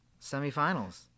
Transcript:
semifinals